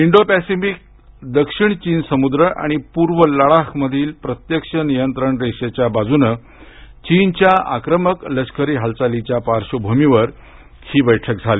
Indo Pacific दक्षिण चीन समुद्र आणि पूर्व लडाखमधील प्रत्यक्ष नियंत्रण रेषेच्या बाजूने चीनच्या आक्रमक लष्करी हालचालीच्या पार्श्वभूमीवर ही बैठक झाली